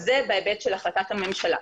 זה בהיבט של החלטת הממשלה.